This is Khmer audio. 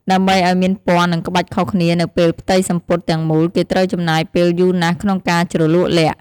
ដើម្បីឱ្យមានពណ៌និងក្បាច់ខុសគ្នានៅពេញផ្ទៃសំពត់ទាំងមូលគេត្រូវចំណាយពេលយូរណាស់ក្នុងការជ្រលក់ល័ក្ត។